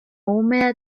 húmeda